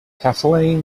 kathleen